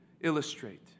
illustrate